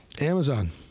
amazon